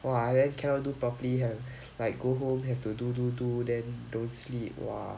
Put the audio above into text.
!wah! then cannot do properly have like go home have to do do do then don't sleep !wah!